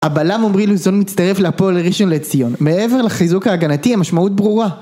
הבלם עמרי לוזון מצטרף להפול ראשון לציון, מעבר לחיזוק ההגנתי המשמעות ברורה